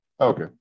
Okay